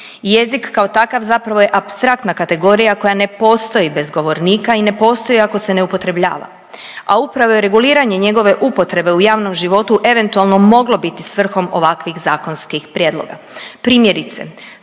Jezik kao takav zapravo je apstraktna kategorija koja ne postoji bez govornika i ne postoji ako se ne upotrebljava, a upravo je reguliranje njegove upotrebe u javnom životu eventualno biti svrhom ovakvih zakonskih prijedloga. Primjerice